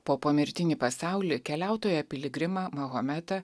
po pomirtinį pasaulį keliautoją piligrimą mahometą